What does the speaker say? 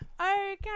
Okay